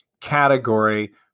category